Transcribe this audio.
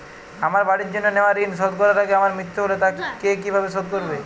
আমার বাড়ির জন্য নেওয়া ঋণ শোধ করার আগে আমার মৃত্যু হলে তা কে কিভাবে শোধ করবে?